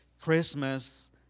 Christmas